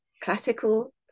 Classical